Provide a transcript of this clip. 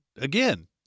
again